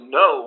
no